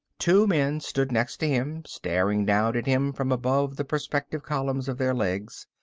two men stood next to him, staring down at him from above the perspective columns of their legs.